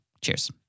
Cheers